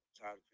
tired